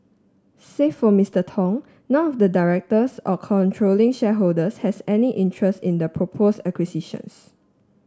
save for Mister Tong none of the directors or controlling shareholders has any interest in the propose acquisitions